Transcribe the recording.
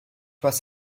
was